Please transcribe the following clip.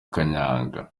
kanyanga